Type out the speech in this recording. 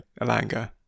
Alanga